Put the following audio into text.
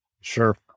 Sure